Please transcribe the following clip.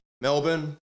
Melbourne